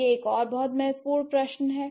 यह एक और बहुत महत्वपूर्ण प्रश्न हैं